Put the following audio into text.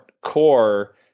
core